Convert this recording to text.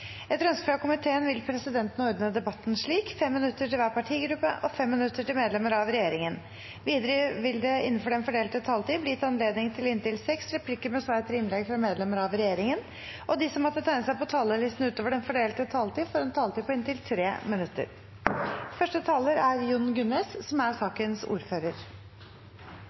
Etter ønske fra kommunal- og forvaltningskomiteen vil presidenten ordne debatten slik: 3 minutter til hver partigruppe og 3 minutter til medlemmer av regjeringen. Videre vil det – innenfor den fordelte taletid – bli gitt anledning til inntil tre replikker med svar etter innlegg fra medlemmer av regjeringen, og de som måtte tegne seg på talerlisten utover den fordelte taletid, får en taletid på inntil 3 minutter. I denne proposisjonen er